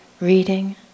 reading